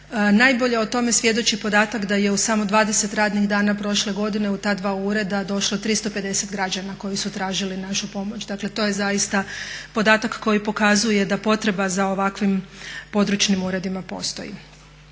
Najbolje o tome svjedoči podatak da je u samo 20 radnih dana prošle godine u ta dva ureda došlo 350 građana koji su tražili našu pomoć. Dakle to je zaista podatak koji pokazuje da potreba za ovakvim područnim uredima postoji.